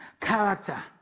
Character